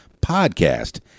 podcast